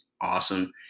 awesome